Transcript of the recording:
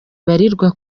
ibarirwa